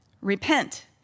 Repent